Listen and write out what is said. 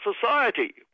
society